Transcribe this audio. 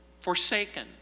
forsaken